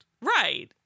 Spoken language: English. Right